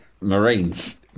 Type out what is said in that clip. Marines